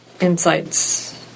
insights